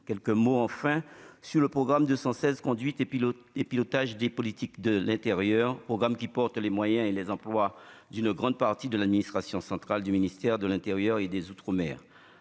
quelques mots enfin sur le programme de 116 conduite et puis l'autre et pilotage des politiques de l'Intérieur, programme qui porte les moyens et les employes d'une grande partie de l'administration centrale du ministère de l'Intérieur et des Outre-mer